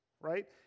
right